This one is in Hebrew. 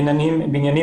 ואנחנו